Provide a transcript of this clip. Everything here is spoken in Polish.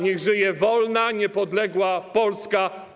Niech żyje wolna, niepodległa Polska!